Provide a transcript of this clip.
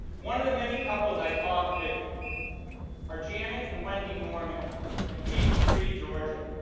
one of the many couples i talked with are janet and wendy norman from peachtree georgia.